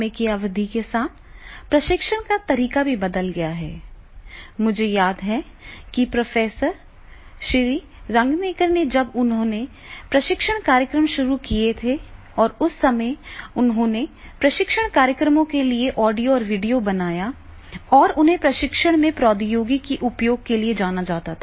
समय की अवधि के साथ प्रशिक्षण का तरीका भी बदल गया है मुझे याद है कि प्रोफेसर श्री रंगनेकर ने जब उन्होंने प्रशिक्षण कार्यक्रम शुरू किए थे और उस समय उन्होंने प्रशिक्षण कार्यक्रमों के लिए ऑडियो और वीडियो बनाया और उन्हें प्रशिक्षण में प्रौद्योगिकी के उपयोग के लिए जाना जाता था